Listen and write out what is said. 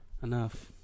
Enough